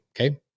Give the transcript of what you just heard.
Okay